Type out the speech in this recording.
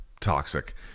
toxic